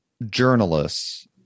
journalists